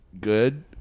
good